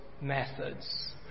methods